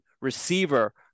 receiver